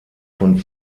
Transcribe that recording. von